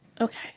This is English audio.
Okay